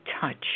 touch